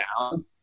down